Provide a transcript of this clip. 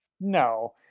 No